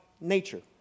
nature